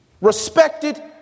Respected